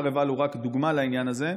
הר עיבל הוא רק דוגמה לעניין הזה.